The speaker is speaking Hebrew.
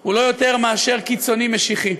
הוא לא יותר מאשר קיצוני משיחי.